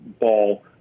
ball